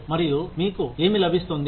మరియు మీకు ఏమి లభిస్తుంది